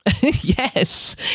Yes